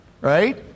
Right